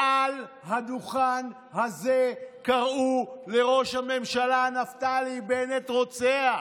מעל הדוכן הזה קראו לראש הממשלה נפתלי בנט "רוצח".